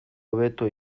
hobeto